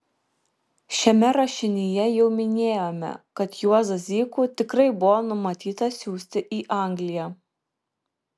šiame rašinyje jau minėjome kad juozą zykų tikrai buvo numatyta siųsti į angliją